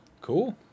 Cool